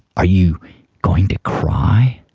are you going to cry?